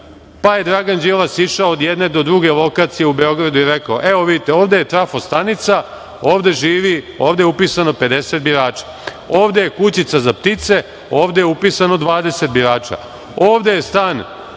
itd. Dragan Đilas je išao od jedne do druge lokacije u Beogradu i rekao – evo, vidite, ovde je trafo-stanica, ovde je upisano 50 birača; ovde je kućica za ptice, ovde je upisano 20 birača; ovde je stan